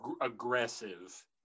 aggressive